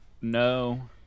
no